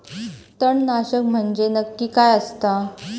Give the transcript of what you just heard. तणनाशक म्हंजे नक्की काय असता?